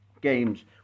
Games